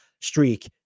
streak